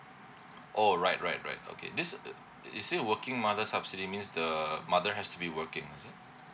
oh right right right okay this uh it the working mother subsidy means the mother has to be working is it